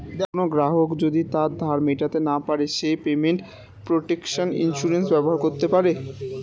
কোনো গ্রাহক যদি তার ধার মেটাতে না পারে সে পেমেন্ট প্রটেকশন ইন্সুরেন্স ব্যবহার করতে পারে